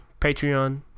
Patreon